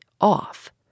off